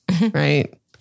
Right